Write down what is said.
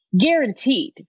guaranteed